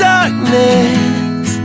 Darkness